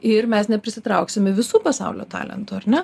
ir mes nepritrauksime visų pasaulio talentų ar ne